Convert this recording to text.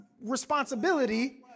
responsibility